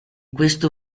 questo